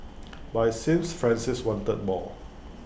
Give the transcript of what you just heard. but IT seems Francis wanted more